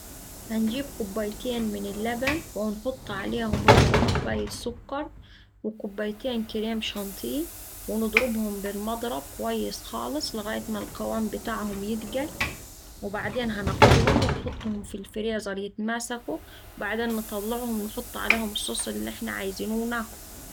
هنجيب كوبايتين من اللبن ونحط عليهم ربع كوباية سكر وكوبايتين كريم شانتيه ونضربهم بالمضرب كويس خالص لغاية ما القوام بتاعهم يتقل وبعدين هناخدهم ونحطهم في الفريزر يتماسكو وبعدين نطلعهم ونحط عليهم الصوص اللي إحنا عايزينه وناكله.